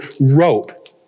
rope